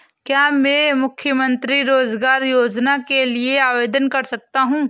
क्या मैं मुख्यमंत्री रोज़गार योजना के लिए आवेदन कर सकता हूँ?